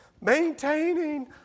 Maintaining